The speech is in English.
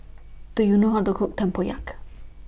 Do YOU know How to Cook Tempoyak